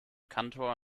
kantor